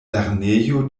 lernejo